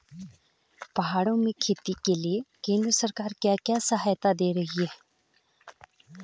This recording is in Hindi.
पहाड़ों में खेती के लिए केंद्र सरकार क्या क्या सहायता दें रही है?